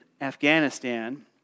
Afghanistan